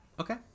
Okay